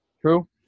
True